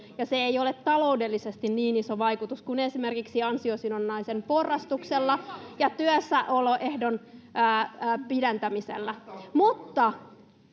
ei ole taloudellisesti niin isoa vaikutusta kuin esimerkiksi ansiosidonnaisen porrastuksella ja työssäoloehdon pidentämisellä.